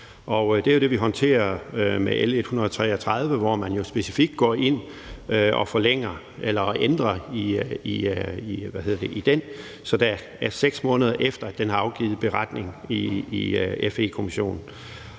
det er jo det, vi håndterer med L 133, hvor man specifikt går ind og ændrer i den, så der er 6 måneder efter den afgivne beretning i FE-kommissionen.